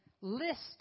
list